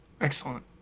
Excellent